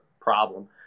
problem